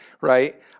right